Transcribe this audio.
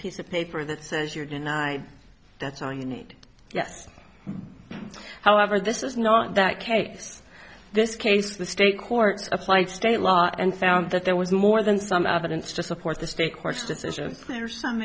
piece of paper that says you're denied that's all you need yes however this is not that case this case the state court applied state law and found that there was more than some evidence to support the state courts decision there are some